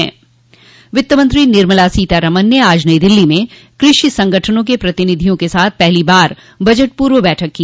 वित्तमंत्री निर्मला सीतारमन ने आज नई दिल्ली में कृषि संगठनों के प्रतिनिधियों के साथ पहली बार बजट पूर्व बैठक की